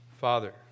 Father